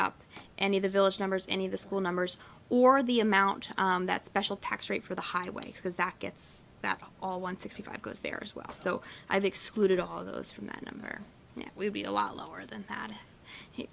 up any of the village numbers any of the school numbers or the amount that special tax rate for the highway because that gets that all one sixty five goes there as well so i've excluded all of those from that there will be a lot lower than that he